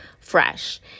fresh